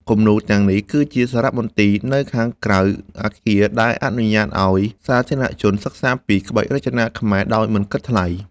គំនូរទាំងនេះគឺជាសារៈមន្ទីរនៅក្រៅអគារ ដែលអនុញ្ញាតឱ្យសាធារណជនសិក្សាពីក្បាច់រចនាខ្មែរដោយមិនគិតថ្លៃ។